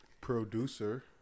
producer